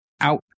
out